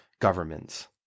governments